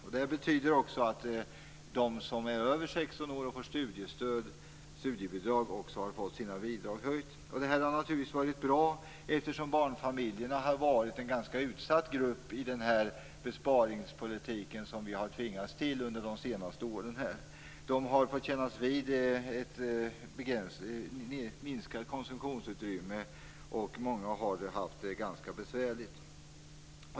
Det här betyder också att de som är över 16 år och får studiebidrag har fått sina bidrag höjda. Detta har naturligtvis varit bra, eftersom barnfamiljerna har varit en ganska utsatt grupp i den besparingspolitik som vi har tvingats till under de senaste åren. De har fått kännas vid ett minskat konsumtionsutrymme, och många har haft det ganska besvärligt.